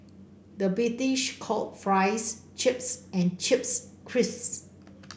the British call fries chips and chips crisps